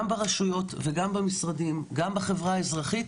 גם ברשויות, גם במשרדים וגם בחברה האזרחית,